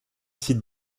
site